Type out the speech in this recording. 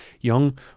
young